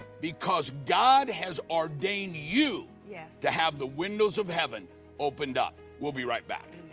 because god has ordained you yeah to have the windows of heaven opened up. we'll be right back.